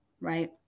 right